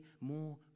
more